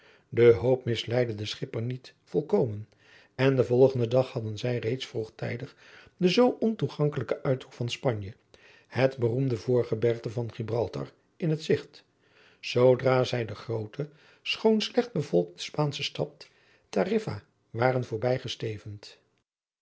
de hoop misleidde den schipper niet volkomen en den volgenden dag hadden zij reeds vroegtijdig den zoo ontoegankelijken uithoek van spanje het beroemde voorgebergte van gibraltar in het gezigt zoodra zij de groote schoon slecht bevolkte spaansche stad tariffa waren voorbij gestevend